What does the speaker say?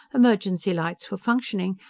emergency lights were functioning,